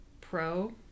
pro